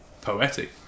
poetic